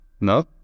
No